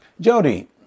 Jody